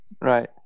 Right